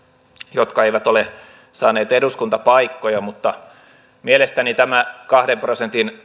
jotka eivät ole saaneet eduskuntapaikkoja mielestäni tämä kahden prosentin